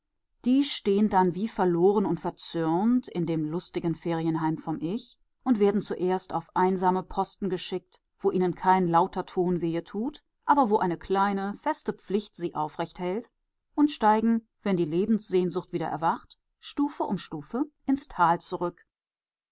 die stehen dann wie verloren und verzürnt in dem lustigen ferienheim vom ich werden zuerst auf einsame posten geschickt wo ihnen kein lauter ton wehe tut aber wo eine kleine feste pflicht sie aufrecht hält und steigen wenn die lebenssehnsucht wieder erwacht stufe um stufe ins tal zurück